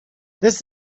this